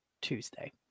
Tuesday